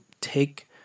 take